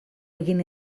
egin